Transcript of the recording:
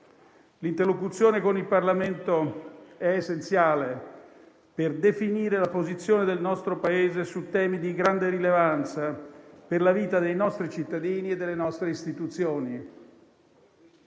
L'interlocuzione con il Parlamento è essenziale per definire la posizione del nostro Paese su temi di grande rilevanza per la vita dei nostri cittadini e delle nostre istituzioni.